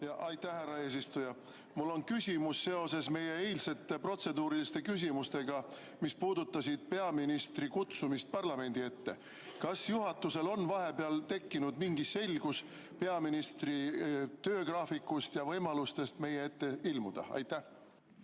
Aitäh, härra eesistuja! Mul on küsimus seoses meie eilsete protseduuriliste küsimustega, mis puudutasid peaministri kutsumist parlamendi ette. Kas juhatus on vahepeal saanud selgust peaministri töögraafikust ja võimalusest meie ette ilmuda? Aitäh,